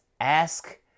Ask